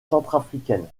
centrafricaine